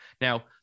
Now